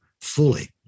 fully